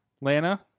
Lana